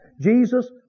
Jesus